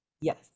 Yes